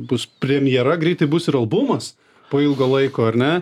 bus premjera greitai bus ir albumas po ilgo laiko ar ne